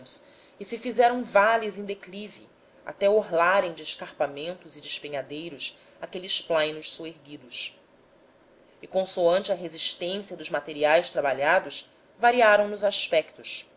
e se fizeram vales em declive até orlarem de escarpamentos e despenhadeiros aqueles plainos soerguidos e consoante a resistência dos materiais trabalhados variaram nos aspectos